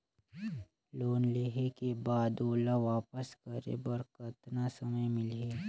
Loan लेहे के बाद ओला वापस करे बर कतना समय मिलही?